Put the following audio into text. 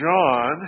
John